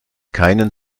keinen